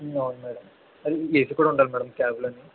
అవును madam AC కూడా ఉండాలి మేడం క్యాబు లో